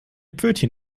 pfötchen